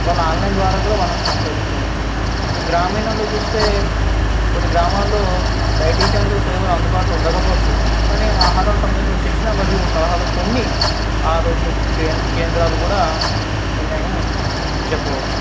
వాళ్ళ ఆన్లైన్ ద్వారా కూడా మనం సంప్రదించవచ్చు గ్రామీణలలో చూస్తే కొన్ని గ్రామాలలో డైటీషియన్లు సేవలు అందుబాటులో ఉండకవచ్చు కానీ ఆహారం సమేత శిక్షణ మరియు సలహాలు కొన్ని ఆరోగ్య కే కేంద్రాలు కూడా ఉన్నాయి అని చెప్పవచ్చు